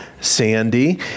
Sandy